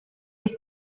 ist